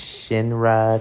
Shinra